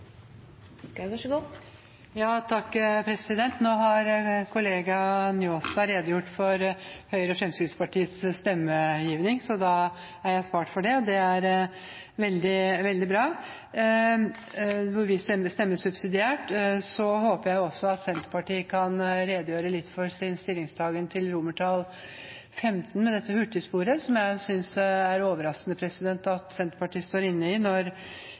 stemmer subsidiært, så da er jeg spart for det. Det er veldig bra. Jeg håper også at Senterpartiet kan redegjøre litt for sin stillingtaken til XV, om dette hurtigsporet. Jeg synes det er overraskende at Senterpartiet står inne i det når